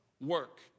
work